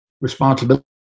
responsibility